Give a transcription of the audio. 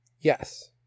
Yes